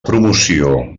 promoció